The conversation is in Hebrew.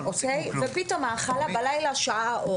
פתאום האכלה בלילה, שעה אור.